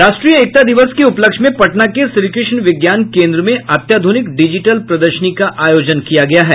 राष्ट्रीय एकता दिवस के उपलक्ष्य में पटना के श्रीकृष्ण विज्ञान केन्द्र में अत्याधुनिक डिजिटल प्रदर्शनी का आयोजन किया गया है